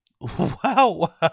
wow